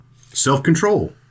Self-control